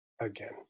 again